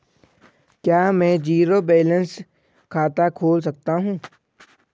क्या मैं zero balance खाता खोल सकता हूँ?